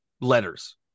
letters